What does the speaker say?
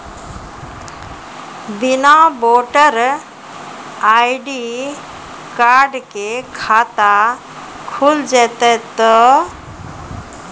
बिना voter ID card के खाता खुल जैते तो?